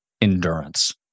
endurance